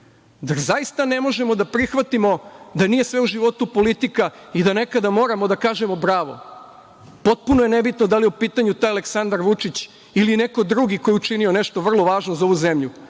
Zar zaista ne možemo da prihvatimo da nije sve u životu politika i da nekada moramo da kažemo – bravo. Potpuno je nebitno da li je u pitanju taj Aleksandar Vučić ili neko drugi ko je učino nešto vrlo važno za ovu zemlju.Među